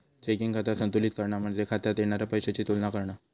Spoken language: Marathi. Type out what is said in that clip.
चेकिंग खाता संतुलित करणा म्हणजे खात्यात येणारा पैशाची तुलना करणा